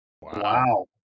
wow